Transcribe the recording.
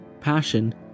passion